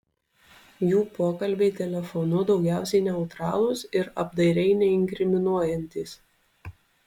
jų pokalbiai telefonu daugiausiai neutralūs ir apdairiai neinkriminuojantys